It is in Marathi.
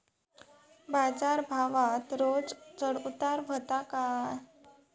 बाजार भावात रोज चढउतार व्हता काय?